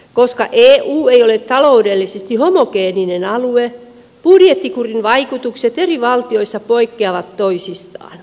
koska eu ei ole taloudellisesti homogeeninen alue budjettikurin vaikutukset eri valtioissa poikkeavat toisistaan